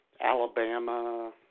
Alabama